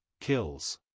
kills